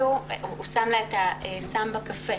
הוא שם לה את הסם בקפה,